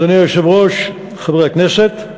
אדוני היושב-ראש, חברי הכנסת,